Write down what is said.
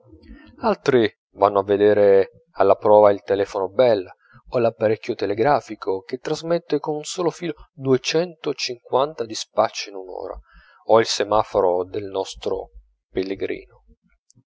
altri vanno a vedere alla prova il telefono bell o l'apparecchio telegrafico che trasmette con un solo filo duecento cinquanta dispacci in un'ora o il semaforo del nostro pellegrino